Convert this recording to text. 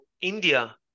India